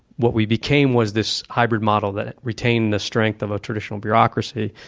what we became was this hybrid model that retained the strength of a traditional bureaucracy.